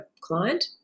client